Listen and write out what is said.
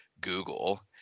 Google